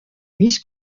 miss